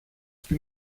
στη